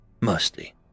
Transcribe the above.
Mostly